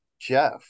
Jeff